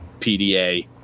PDA